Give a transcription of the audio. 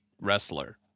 wrestler